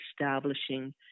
establishing